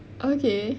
okay